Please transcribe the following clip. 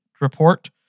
report